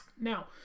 now